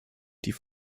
die